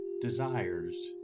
desires